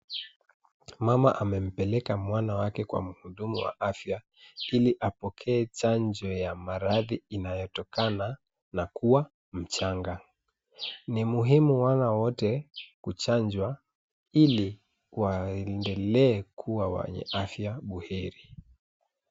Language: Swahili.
Mama amempeleka mwana wake kwa mhudumu wa afya, ili apokee chanjo ya maradhi inayotokana na kua mchanga. Ni muhimu wana wote kuchanjwa, ili waendelee kua wenye afya buheri.